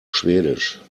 schwedisch